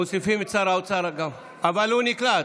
מוסיפים את שר האוצר, אבל הוא נקלט.